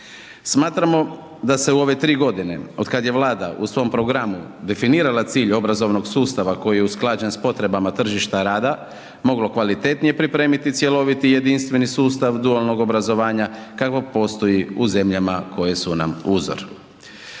Smatramo da se u ove tri godine od kada je Vlada u svom programu definirala cilj obrazovnog sustava koji je usklađen s potrebama tržišta rada moglo kvalitetnije pripremiti cjeloviti jedinstveni sustav dualnog obrazovanja kakav postoji u zemljama koje su nam uzor.